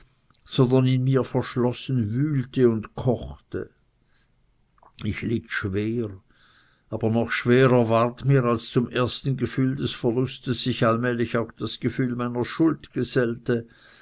sondern in mir verschlossen wühlte und kochte ich litt schwer aber noch schwerer ward mir als zum ersten gefühl des verlustes sich allmählich auch das gefühl meiner schuld gesellte